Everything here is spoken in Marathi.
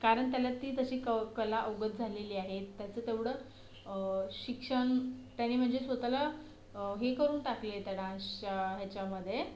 कारण त्याला ती तशी क कला अवगत झालेली आहे त्याचं तेवढं शिक्षण त्याने म्हणजे स्वतःला हे करून टाकलं आहे त्या डान्सच्या ह्याच्यामध्ये